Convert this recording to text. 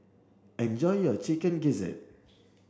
enjoy your chicken gizzard